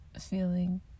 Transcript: feeling